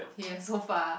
yeah so far